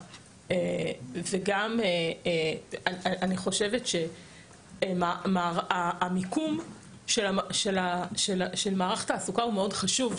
שאני חושבת שהמיקום של מערך תעסוקה הוא מאוד חשוב,